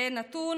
זה נתון